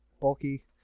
Bulky